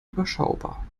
überschaubar